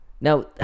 Now